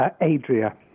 Adria